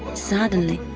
suddenly,